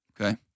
Okay